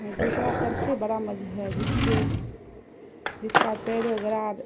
دوسرا سب سے بڑا مذہب ہے جس کے جس کا پیروگراب